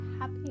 happy